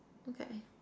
okay